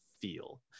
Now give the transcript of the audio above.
feel